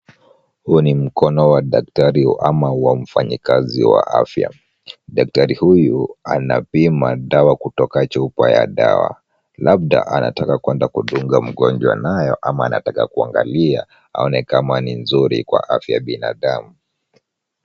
Huu ni mkono wa daktari ama wa mfanyikazi wa afya. Daktari huyu anapima dawa kutoka chupa ya dawa, labda anataka kwenda kudunga mgonjwa nayo ama anataka kuangalia aone kama ni nzuri kwa afya ya binadamu.